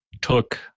took